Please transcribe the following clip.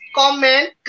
comment